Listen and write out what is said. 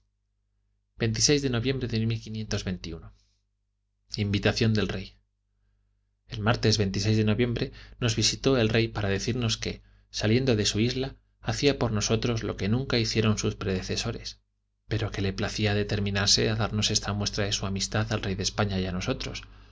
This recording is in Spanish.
de noción del rey eltes de noviembre nos visitó el rey para decirnos que saliendo de su isla hacía por nosotros lo que nunca hicieron sus predecesores pero que le placía determinarse a darnos esta muestra de su amistad al rey de españa y a nosotros